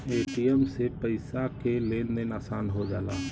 ATM से पइसा के लेन देन आसान हो जाला